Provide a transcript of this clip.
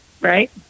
Right